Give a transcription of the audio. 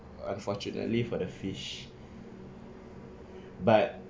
unfortunately for the fish but